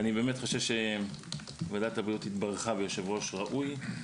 אני חושב שוועדת הבריאות התברכה ביושב-ראש ראוי.